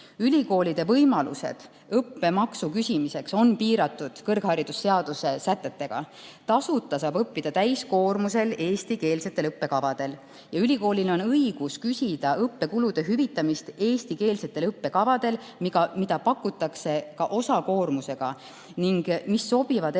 Ülikoolide võimalused õppemaksu küsimiseks on piiratud kõrgharidusseaduse sätetega. Tasuta saab õppida täiskoormusega õppija eestikeelsetel õppekavadel. Ülikoolil on õigus küsida õppekulude hüvitamist eestikeelsetel õppekavadel, mida pakutakse ka osakoormusega ning mis sobivad enam just